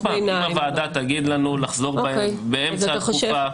שוב פעם, אם הוועדה תגיד לנו לחזור באמצע תקופה,